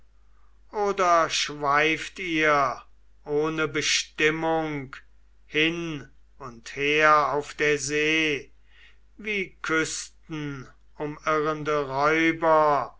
oder schweift ihr ohne bestimmung hin und her auf der see wie küstenumirrende räuber